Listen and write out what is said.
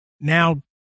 now